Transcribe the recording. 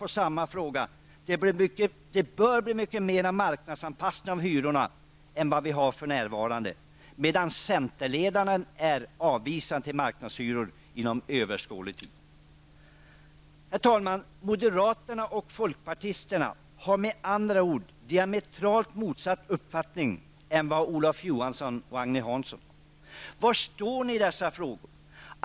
På samma fråga svarade Bengt Westerberg att man bör marknadsanpassa hyrorna mycket mer än vad man gör för närvarande, medan centerledaren avvisar marknadshyror inom överskådlig tid. Herr talman! Moderaterna och folkpartisterna har med andra ord en diametralt motsatt uppfattning i förhållande till den uppfattning Olof Johansson och Agne Hansson har. Var står ni i dessa frågor?